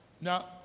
Now